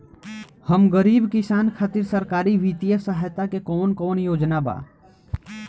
हम गरीब किसान खातिर सरकारी बितिय सहायता के कवन कवन योजना बा?